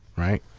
right?